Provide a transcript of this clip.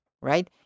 right